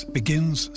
begins